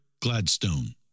Gladstone